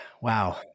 wow